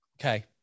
Okay